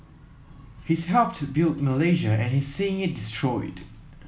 he's helped built Malaysia and he's seeing it destroyed